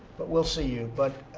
but we'll see you. but,